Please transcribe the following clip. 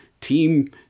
Team